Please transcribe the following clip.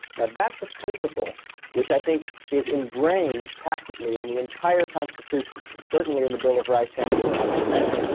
now, that's a principle which i think is ingrained tacitly in the entire constitution, and certainly in the bill of rights and in the ninth amendment.